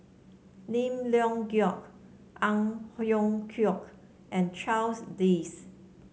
Lim Leong Geok Ang Hiong Chiok and Charles Dyce